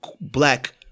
black